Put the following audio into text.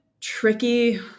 tricky